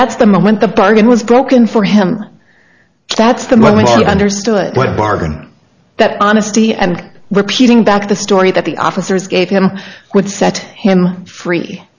that's the moment the bargain was broken for him that's the moment i understood what bargain that honesty and repeating back the story that the officers gave him would set him free